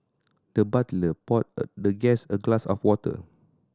the butler poured the guest a glass of water